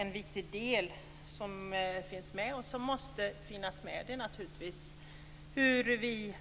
En viktig del som finns med, och som måste finnas med, är naturligtvis också hur vi